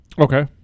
Okay